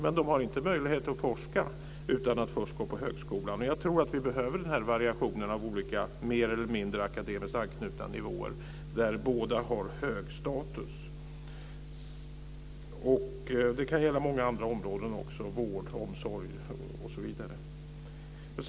Men de har inte möjlighet att forska utan att först gå på högskolan. Och jag tror att vi behöver den här variationen av olika mer eller mindre akademiskt anknutna nivåer där båda har hög status. Det kan gälla många andra områden också, vård, omsorg, osv. Herr talman!